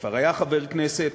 שכבר היה חבר כנסת.